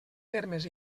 termes